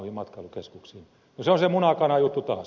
no se on se munakana juttu taas